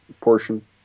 portion